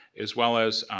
as well as,